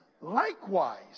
Likewise